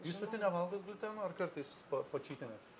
jūs pati nevalgot gliuteno ar kartais pačytinat